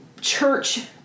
church